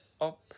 up